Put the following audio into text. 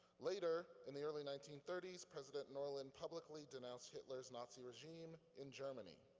later, in the early nineteen thirty s, president norlin publicly denounced hitler's nazi regime in germany.